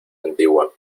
antigua